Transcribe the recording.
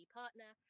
partner